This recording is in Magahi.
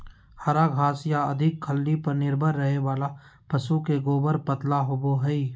हरा घास या अधिक खल्ली पर निर्भर रहे वाला पशु के गोबर पतला होवो हइ